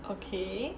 okay